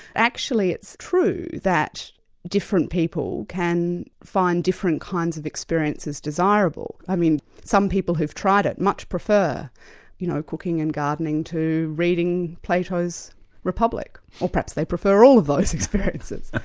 actually it's true that different people can find different kinds of experiences desirable. i mean some people who've tried it much prefer you know cooking and gardening to reading plato's republic, or perhaps they prefer all of those experiences.